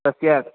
तस्य